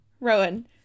Rowan